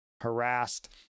harassed